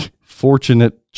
fortunate